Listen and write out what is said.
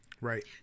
right